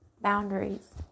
boundaries